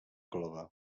clova